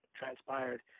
transpired